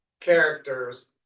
characters